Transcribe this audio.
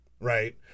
right